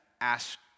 ask